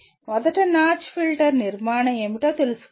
మొదట notch filter నిర్మాణం ఏమిటో తెలుసుకోవాలి